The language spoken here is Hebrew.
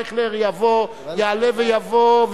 אייכלר יעלה ויבוא,